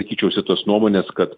laikyčiausi tos nuomonės kad